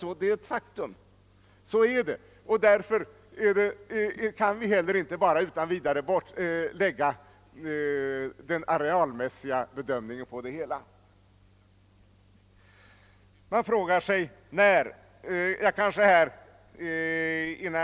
När kalkylerna är så pass vaga som i detta fall, måste enligt min mening naturvårdens synpunkter få väga mycket tungt.